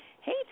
Hey